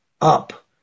up